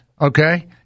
okay